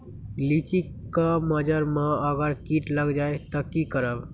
लिचि क मजर म अगर किट लग जाई त की करब?